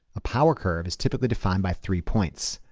a power curve is typically defined by three points.